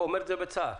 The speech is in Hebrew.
בצער: